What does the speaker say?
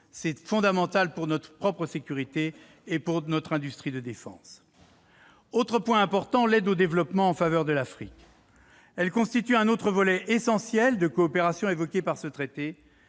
C'est fondamental pour notre propre sécurité et pour notre industrie de défense. L'aide au développement en faveur de l'Afrique est un autre volet essentiel de coopération évoqué par ce traité.